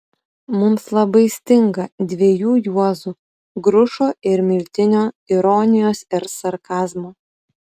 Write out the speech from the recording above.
mums labai stinga dviejų juozų grušo ir miltinio ironijos ir sarkazmo